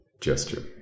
gesture